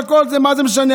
אבל כל זה, מה זה משנה?